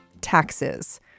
Taxes